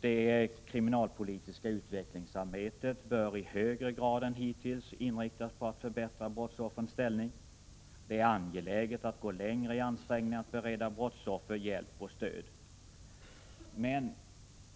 Det kriminalpolitiska utvecklingsarbetet bör i högre grad än hittills inriktas på att förbättra brottsoffrens ställning. Det är angeläget att gå längre i ansträngningarna att bereda brottsoffer hjälp och stöd.